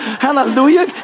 hallelujah